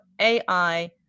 AI